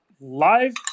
live